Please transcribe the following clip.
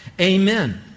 Amen